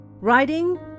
Writing